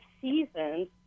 seasons